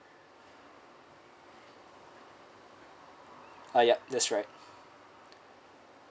ah yup that's right